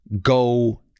go